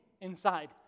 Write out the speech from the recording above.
inside